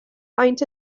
faint